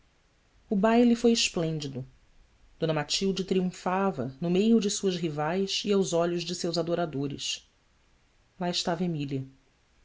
o baile foi esplêndido d matilde triunfava no meio de suas rivais e aos olhos de seus adoradores lá estava